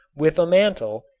with a mantle,